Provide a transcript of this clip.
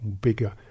bigger